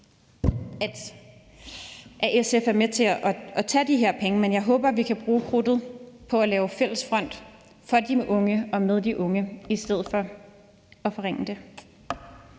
at SF er med til at tage de her penge, men jeg håber, at vi kan bruge krudtet på at danne fælles front for de unge og med de unge i stedet for at forringe det